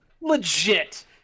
Legit